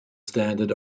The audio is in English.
standard